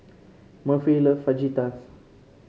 Murphy love Fajitas